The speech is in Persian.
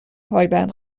پایبند